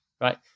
Right